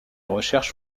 recherches